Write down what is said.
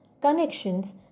connections